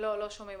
לא שומעים